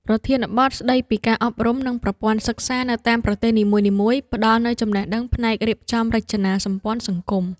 ប្រធានបទស្ដីពីការអប់រំ និងប្រព័ន្ធសិក្សានៅតាមប្រទេសនីមួយៗ ផ្ដល់នូវចំណេះដឹងផ្នែករៀបចំរចនាសម្ព័ន្ធសង្គម។